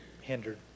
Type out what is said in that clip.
Hindered